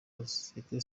sosiyete